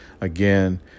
Again